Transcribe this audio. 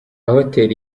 hoteli